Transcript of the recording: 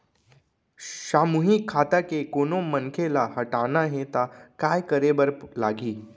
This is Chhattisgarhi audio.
सामूहिक खाता के कोनो मनखे ला हटाना हे ता काय करे बर लागही?